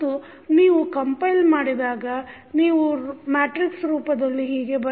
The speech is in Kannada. ಮತ್ತು ನೀವು ಕಂಪೈಲ್ ಮಾಡಿದಾಗ ನೀವು ಮ್ಯಾಟ್ರಿಕ್ಸ ರೂಪದಲ್ಲಿ ಹೀಗೆ ಬರೆಯಬಹುದು